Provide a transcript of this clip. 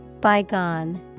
Bygone